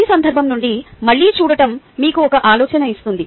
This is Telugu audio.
ఈ సందర్భం నుండి మళ్ళీ చూడటం మీకు ఒక ఆలోచన ఇస్తుంది